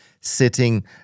sitting